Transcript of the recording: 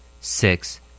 Six